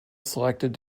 selected